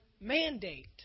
mandate